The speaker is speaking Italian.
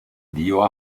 dio